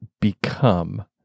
become